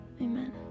Amen